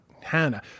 Hannah